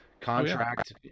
contract